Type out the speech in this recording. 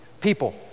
people